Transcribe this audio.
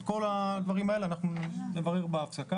את כל הדברים האלה אנחנו נברר בהפסקה.